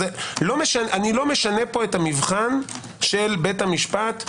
אני לא משנה פה את המבחן של בית המשפט לפסילה.